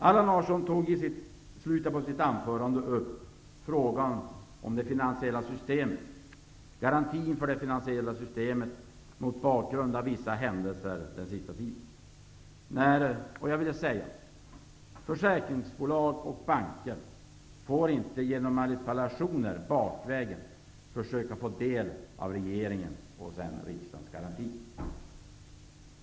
Allan Larsson tog, mot bakgrund av vissa händelser under den senaste tiden, i slutet av sitt anförande upp frågan om garantin för det finansiella systemet. Jag vill säga att försäkringsbolag och banker inte genom manipulationer bakvägen får ta del av denna garanti.